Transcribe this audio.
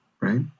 right